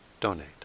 donate